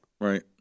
Right